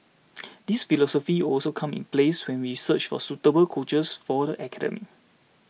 this philosophy also come in plays when we search for suitable coaches for the academy